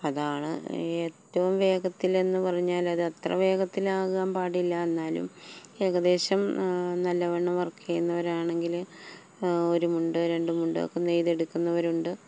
അതാണ് ഏറ്റവും വേഗത്തിലെന്ന് പറഞ്ഞാൽ അതത്ര വേഗത്തിലാകാൻ പാടില്ല എന്നാലും ഏകദേശം നല്ലവണ്ണം വർക്ക് ചെയ്യുന്നവരാണെങ്കില് ഒരു മുണ്ട് രണ്ട് മുണ്ടൊക്കെ നെയ്തെടുക്കുന്നവരുണ്ട്